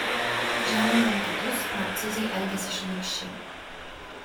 žemindami kitus narcizai elgiasi šlykščiai